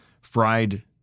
fried